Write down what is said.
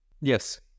Yes